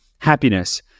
happiness